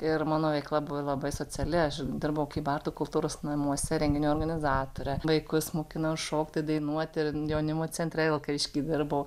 ir mano veikla buvo labai sociali aš dirbau kybartų kultūros namuose renginių organizatore vaikus mokinau šokti dainuoti jaunimo centre vilkavišky dirbau